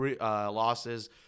losses